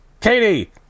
Katie